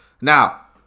Now